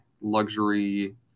luxury